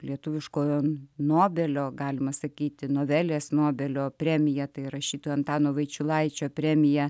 lietuviškojo nobelio galima sakyti novelės nobelio premiją tai rašytojo antano vaičiulaičio premiją